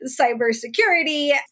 cybersecurity